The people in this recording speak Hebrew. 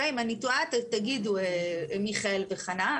ואם אני טועה תגידו, מיכאל וחנה.